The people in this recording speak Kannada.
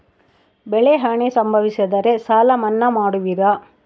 ಬೆಳೆಹಾನಿ ಸಂಭವಿಸಿದರೆ ಸಾಲ ಮನ್ನಾ ಮಾಡುವಿರ?